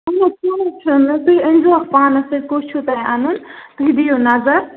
تیٛوٗت تیٛوٗت چھُنہٕ تُہۍ أنۍزِہوکھ پانَس سٍتۍ کُس چھُو تۄہہِ اَنُن تُہۍ دِیِو نظر